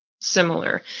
similar